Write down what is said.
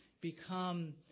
become